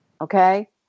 Okay